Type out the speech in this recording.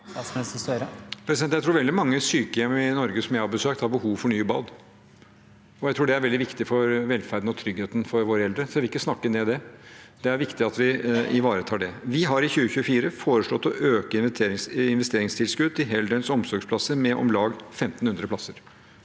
veldig mange sykehjem i Norge som jeg har besøkt, har behov for nye bad. Jeg tror det er veldig viktig for velferden og tryggheten for våre eldre, så jeg vil ikke snakke ned det. Det er viktig at vi ivaretar det. Vi har for 2024 foreslått å øke investeringstilskuddet til heldøgns omsorgsplasser med om lag 1 500 plasser.